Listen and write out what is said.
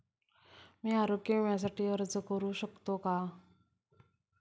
मी आरोग्य विम्यासाठी अर्ज करू शकतो का?